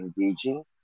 engaging